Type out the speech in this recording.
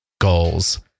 goals